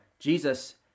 Jesus